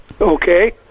Okay